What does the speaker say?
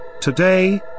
Today